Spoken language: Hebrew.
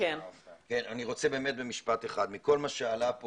אני רוצה באמת במשפט אחד מכל מה שעלה פה